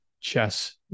chess